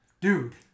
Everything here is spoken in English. Dude